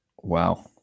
Wow